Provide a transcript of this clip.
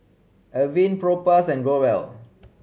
Avene Propass and Growell